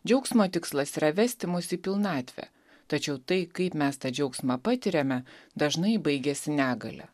džiaugsmo tikslas yra vesti mus į pilnatvę tačiau tai kaip mes tą džiaugsmą patiriame dažnai baigiasi negalia